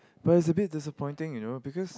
but is a bit disappointing you know because